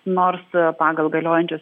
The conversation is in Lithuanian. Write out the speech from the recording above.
nors pagal galiojančius